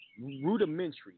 rudimentary